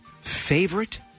favorite